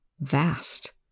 Vast